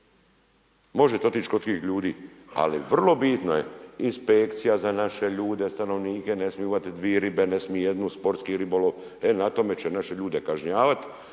Možete otići kod tih ljudi, ali vrlo bitno je inspekcija za naše ljude, stanovnike, ne smiju uhvatiti dvije ribe, ne smiju jednu sportski ribolov, na tome će naše ljude kažnjavati,